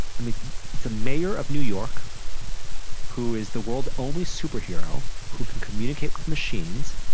i mean it's a mayor of new york who is the world's only superhero who can communicate with machines